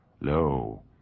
Lo